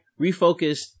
refocused